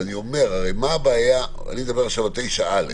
אני מדבר עכשיו על 9(א).